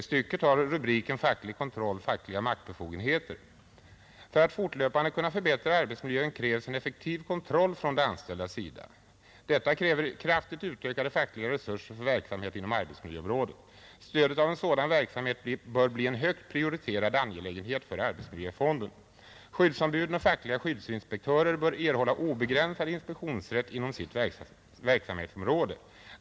Stycket har rubriken ”Facklig kontroll — fackliga maktbefogenheter”. Där står: ”För att fortlöpande kunna förbättra arbetsmiljön krävs en effektiv kontroll från de anställdas sida, Detta kräver kraftigt utökade fackliga resurser för verksamhet inom arbetsmiljöområdet. Stödet av en sådan verksamhet bör bli en högt prioriterad angelägenhet för arbetsmiljöfonden, Skyddsombud och facklig skyddsinspektör bör erhålla obegränsad inspektionsrätt inom sitt verksamhetsområde.